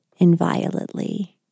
inviolately